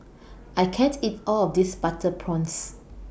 I can't eat All of This Butter Prawns